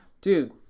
Dude